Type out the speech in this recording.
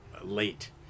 late